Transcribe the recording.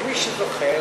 ומי שזוכה,